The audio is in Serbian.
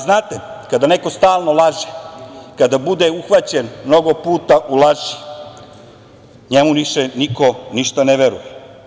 Znate, kada neko stalno laže, kada bude uhvaćen mnogo puta u laži, njemu više niko ništa ne veruje.